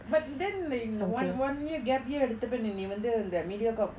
but then in the one one year gap year எடுத்தப்ப நீ வந்து இந்த:eduthappa nee vanthu intha Mediacorp